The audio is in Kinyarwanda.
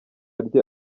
rye